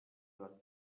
your